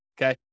okay